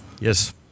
Yes